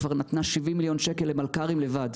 כבר נתנה 70 מיליון שקל למלכ"רים בלבד.